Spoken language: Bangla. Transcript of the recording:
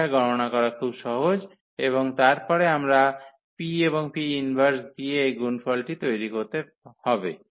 এটা গণনা করা খুব সহজ এবং তারপরে আমাদের P এবং 𝑃−1 দিয়ে এই গুণফলটি তৈরি করতে হবে